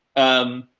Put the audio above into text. um,